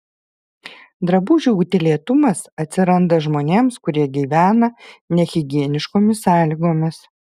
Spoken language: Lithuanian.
drabužių utėlėtumas atsiranda žmonėms kurie gyvena nehigieniškomis sąlygomis